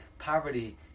Poverty